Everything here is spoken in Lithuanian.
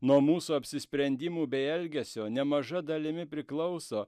nuo mūsų apsisprendimų bei elgesio nemaža dalimi priklauso